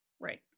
Right